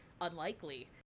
unlikely